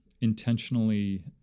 intentionally